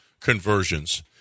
conversions